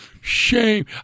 shame